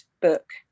book